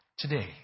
Today